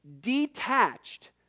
detached